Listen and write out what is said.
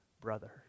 brother